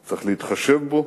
צריך להתחשב בו